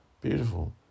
Beautiful